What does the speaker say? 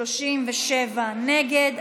37 נגד.